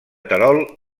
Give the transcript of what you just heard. terol